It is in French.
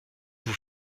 vous